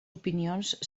opinions